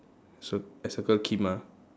so I circle Kim ah